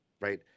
Right